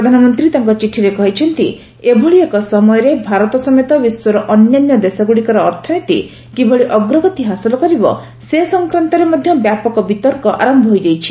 ପ୍ରଧାନମନ୍ତ୍ରୀ ତାଙ୍କ ଚିଠିରେ କହିଛନ୍ତି ଏଭଳି ଏକ ସମୟରେ ଭାରତ ସମେତ ବିଶ୍ୱର ଅନ୍ୟାନ୍ୟ ଦେଶଗୁଡ଼ିକର ଅର୍ଥନୀତି କିଭଳି ଅଗ୍ରଗତି ହାସଲ କରିବ ସେ ସଂକ୍ରାନ୍ତରେ ମଧ୍ୟ ବ୍ୟାପକ ବିତର୍କ ଆରମ୍ଭ ହୋଇଯାଇଛି